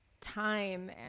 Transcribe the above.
time